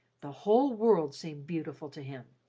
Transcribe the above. the whole world seemed beautiful to him.